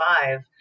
five